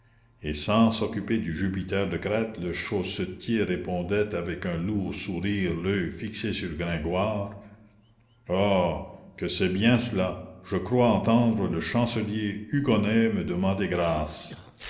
et sans s'occuper du jupiter de crète le chaussetier répondait avec un lourd sourire l'oeil fixé sur gringoire oh que c'est bien cela je crois entendre le chancelier hugonet me demander grâce